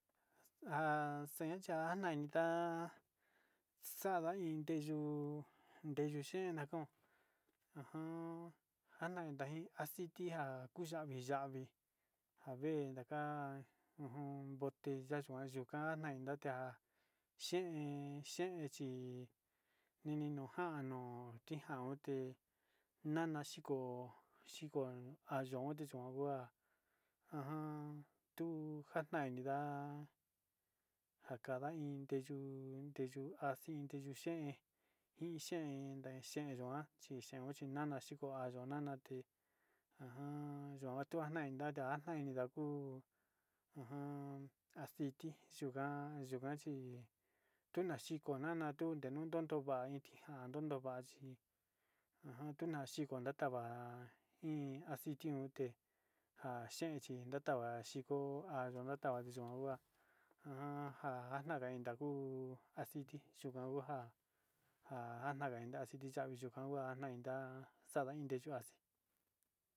Saaña chi jatnainida sa'ada in nteya'a o in xita xe'en chi asixe ja xita xe'en skasuyo te tnao xe'en tnao ñii te nukuniyo tnao jaku nteyu ntuchi te asixe ja.